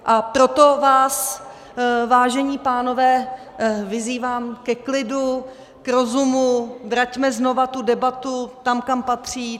A proto vás, vážení pánové, vyzývám ke klidu, k rozumu, vraťme znova tu debatu tam, kam patří.